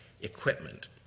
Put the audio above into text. equipment